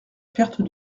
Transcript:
perte